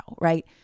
right